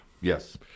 Yes